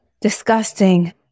disgusting